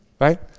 right